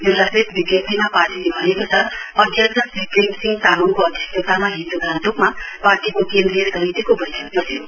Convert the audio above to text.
एउटा प्रेस विजप्तिमा पार्टीले भनेको छ अध्यक्ष प्रेम सिंह तामाङको अध्यक्षतामा हिजो गान्तोकमा पार्टीको केन्द्रीय समितिको बैठक बस्यो